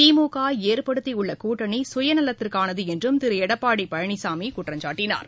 திமுக ஏற்படுத்தியுள்ள கூட்டணி சுயநலத்திற்கானது என்றும் திரு எடப்பாடி பழனிசாமி குற்றம்சாட்டினார்